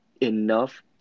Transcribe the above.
enough